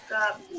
up